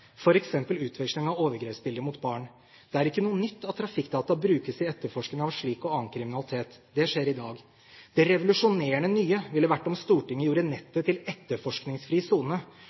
f.eks. utveksling av overgrepsbilder av barn. Det er ikke noe nytt at trafikkdata brukes i etterforskning av slik og annen kriminalitet. Det skjer i dag. Det revolusjonerende nye ville vært om Stortinget gjorde nettet til «etterforskningsfri sone»